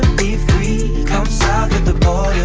free come south of the